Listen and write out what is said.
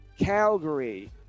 Calgary